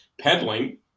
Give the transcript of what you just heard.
peddling